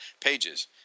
pages